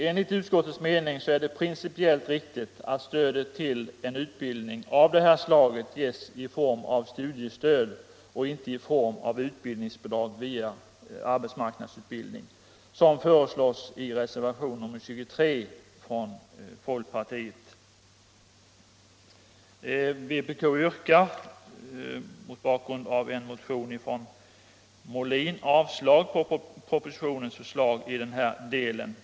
Enligt utskottets mening är det principiellt riktigt att stödet till en utbildning av det här slaget ges i form av studiestöd och inte i form av utbildningsbidrag vid arbetsmarknadsutbildning, som föreslås i reservationen 23 från folkpartiet. Fp yrkar, mot bakgrund av en motion från herr Molin, avslag på propositionens förslag i den här delen.